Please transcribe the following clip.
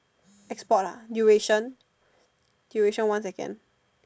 export ah duration duration one second